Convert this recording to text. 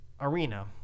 arena